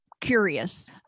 curious